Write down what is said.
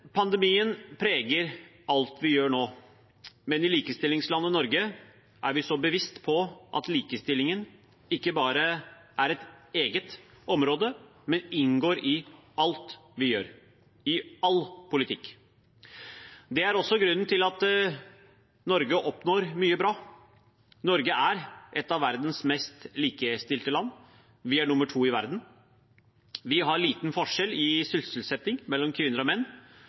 Pandemien preger alt vi gjør nå, men i likestillingslandet Norge er vi bevisste på at likestillingen ikke bare er et eget område, men inngår i alt vi gjør, i all politikk. Det er også grunnen til at Norge oppnår mye bra. Norge er et av verdens mest likestilte land. Vi er nummer to i verden. Vi har liten forskjell i sysselsetting mellom kvinner og menn,